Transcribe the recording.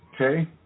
Okay